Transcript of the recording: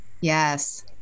yes